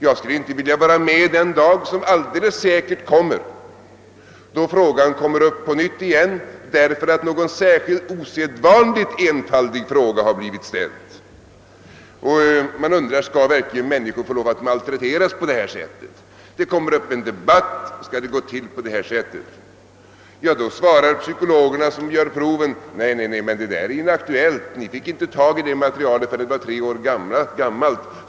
Jag skulle inte vilja vara med den dag — som alldeles säkert kommer — då problemet kommer upp på nytt därför att någon osedvanligt enfaldig fråga har blivit ställd och man undrar om människor verkligen skall få lov att malträteras på det sättet. Det uppstår en debatt om huruvida det skall få gå till så, och då svarar psykologerna som genomfört pro vet: »Nej, det där är inaktuellt. Ni fick inte tag i materialet förrän det var tre år gammalt.